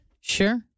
Sure